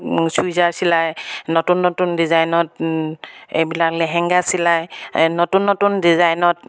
চুইজাৰ চিলাই নতুন নতুন ডিজাইনত এইবিলাক লেহেংগা চিলাই নতুন নতুন ডিজাইনত